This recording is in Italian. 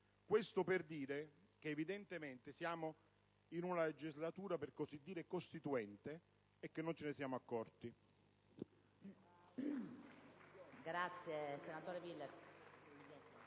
questo per far rilevare che evidentemente siamo in una legislatura per così dire costituente e che non ce ne siamo accorti.